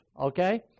okay